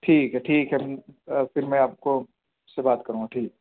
ٹھیک ہے ٹھیک ہے پھر میں آپ کو سے بات کروں گا ٹھیک